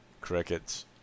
Crickets